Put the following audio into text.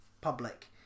public